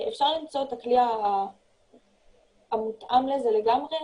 אפשר למצוא את הכלי המותאם לזה לגמרי,